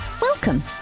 welcome